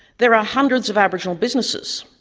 there are hundreds of aboriginal businesses,